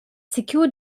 secured